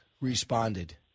responded